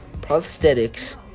prosthetics